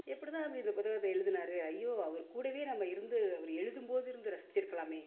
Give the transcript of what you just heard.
எப்படி தான் அப்படி இந்த புத்தகத்தை எழுதினார் ஐயோ அவர் கூடவே நம்ம இருந்து அவர் எழுதும் போது இருந்து ரசித்திருக்கலாமே